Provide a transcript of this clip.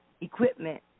equipment